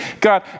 God